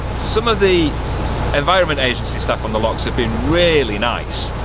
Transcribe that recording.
some of the environment agency staff on the locks have been really nice,